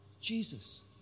Jesus